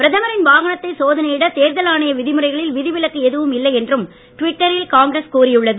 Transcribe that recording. பிரதமரின் வாகனத்தை சோதனையிட தேர்தல் ஆணைய விதிமுறைகளில் விதிவிலக்கு எதுவும் இல்லை என்றும் டுவிட்டரில் காங்கிரஸ் கூறியுள்ளது